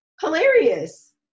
Hilarious